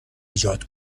ایجاد